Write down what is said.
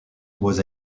was